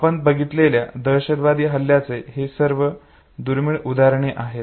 आपण बघितलेल्या दहशतवादी हल्ल्याचे ही सर्व दुर्मिळ उदाहरणे आहेत